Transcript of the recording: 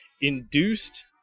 Induced